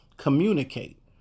communicate